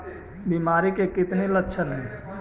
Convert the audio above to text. बीमारी के कितने लक्षण हैं?